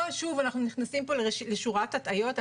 אנחנו שוב נכנסים לשורת הטעיות.